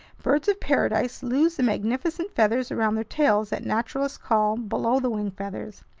birds of paradise lose the magnificent feathers around their tails that naturalists call below-the-wing feathers.